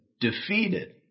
defeated